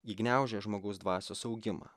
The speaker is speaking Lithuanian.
įgniaužia žmogaus dvasios augimą